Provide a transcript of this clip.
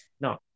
no